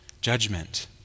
judgment